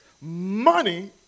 Money